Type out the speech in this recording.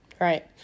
right